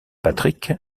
patrick